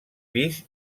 pis